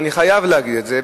ואני חייב להגיד את זה.